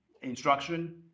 instruction